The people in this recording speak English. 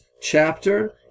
chapter